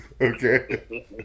Okay